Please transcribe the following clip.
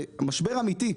זה משבר אמיתי.